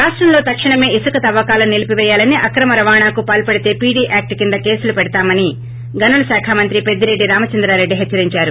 రాష్టంలో తక్షణమే ఇసుక తవ్వకాలను నిలిపిపేయాలని అక్రమ రవాణాకు పాల్సడితే పీడీ యాక్షు కింద కేసులు పెడతామని గనుల శాఖమంత్రి పెద్దిరెడ్డి రామచంద్రారెడ్డి హెచ్చరించారు